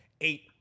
eight